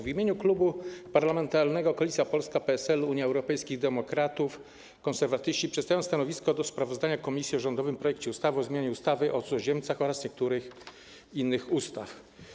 W imieniu Klubu Parlamentarnego Koalicja Polska - PSL, Unia Europejskich Demokratów, Konserwatyści przedstawiam stanowisko wobec sprawozdania komisji o rządowym projekcie ustawy o zmianie ustawy o cudzoziemcach oraz niektórych innych ustaw.